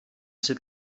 sydd